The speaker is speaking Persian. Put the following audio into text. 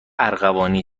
ارغوانی